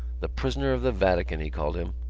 the prisoner of the vatican, he called him.